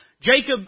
Jacob